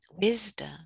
wisdom